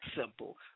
simple